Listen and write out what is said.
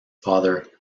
father